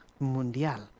Mundial